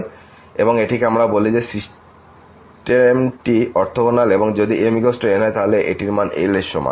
সুতরাং এটিকে আমরা বলি যে সিস্টেমটি অরথগোনাল এবং যদি m n তাহলে আমাদের এটির মান l এর সমান